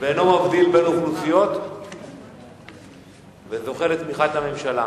אינו מבדיל בין אוכלוסיות וזוכה לתמיכת הממשלה.